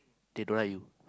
they don't like you